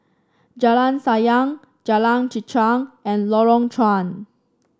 Jalan Sayang Jalan Chichau and Lorong Chuan